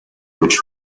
which